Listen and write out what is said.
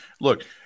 Look